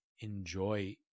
enjoy